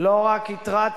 כי אתה חלק נכבד מהקואליציה.